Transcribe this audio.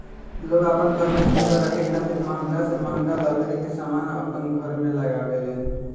लोग आपन घर के सुंदर रखे खातिर महंगा से महंगा लकड़ी के समान अपन घर में लगावे लेन